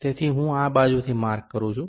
તેથી હું આ બાજુથી માર્ક કરું છું